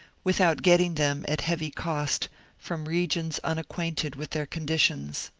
without getting them at heavy cost from regions un acquainted with their conditions.